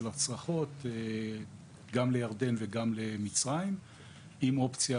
של הצרכות גם לירדן וגם למצרים עם אופציה